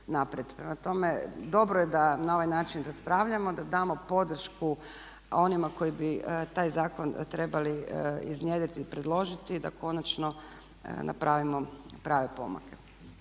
Prema tome, dobro je da na ovaj način raspravljamo, da damo podršku onima koji bi taj zakon trebali iznjedriti i predložiti da konačno napravimo prave pomake.